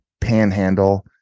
Panhandle